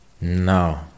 No